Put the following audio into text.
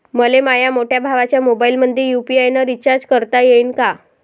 मले माह्या मोठ्या भावाच्या मोबाईलमंदी यू.पी.आय न रिचार्ज करता येईन का?